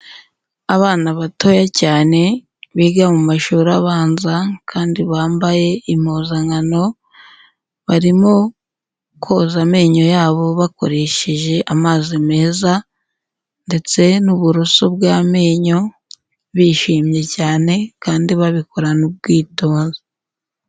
Abana batoya cyane biga mu mashuri abanza, kandi bambaye impuzankano, barimo koza amenyo yabo bakoresheje amazi meza ndetse n'uburoso bw'amenyo, bishimye cyane kandi babikorana ubwitonzi.